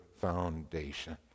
foundation